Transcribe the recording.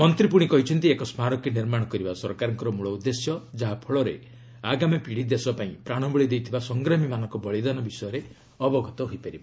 ମନ୍ତ୍ରୀ ପୁଣି କହିଛନ୍ତି ଏକ ସ୍କାରକୀ ନିର୍ମାଣ କରିବା ସରକାରଙ୍କର ମୂଳ ଉଦ୍ଦେଶ୍ୟ ଯାହାଫଳରେ ଆଗାମୀ ପିଢ଼ି ଦେଶପାଇଁ ପ୍ରାଣବଳି ଦେଇଥିବା ସଂଗ୍ରାମୀମାନଙ୍କ ବଳିଦାନ ବିଷୟରେ ଅବଗତ ହୋଇପାରିବ